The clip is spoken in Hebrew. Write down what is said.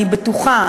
אני בטוחה,